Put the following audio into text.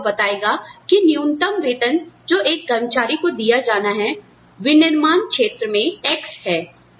कानून आपको बताएगा कि न्यूनतम वेतन जो एक कर्मचारी को दिया जाना है विनिर्माण क्षेत्र में 'X' है